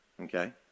okay